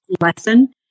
lesson